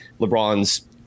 LeBron's